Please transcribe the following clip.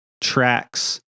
tracks